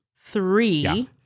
three